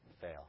fail